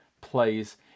plays